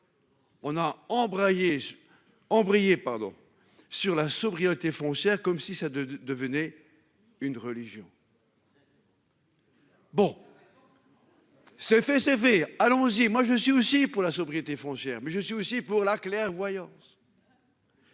pardon sur la sobriété foncière comme si ça 2 devenait une religion. Ce fait sévère. Allons-y. Moi je suis aussi pour la sobriété foncière mais je suis aussi pour la clairvoyance.